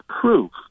proof